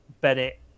Bennett